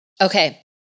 Okay